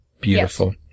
beautiful